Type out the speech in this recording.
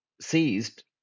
seized